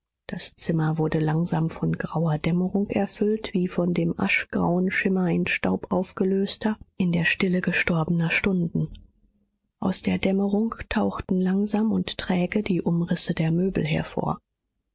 das zimmer wurde langsam von grauer dämmerung erfüllt wie von dem aschgrauen schimmer in staub aufgelöster in der stille gestorbener stunden aus der dämmerung tauchten langsam und träge die umrisse der möbel hervor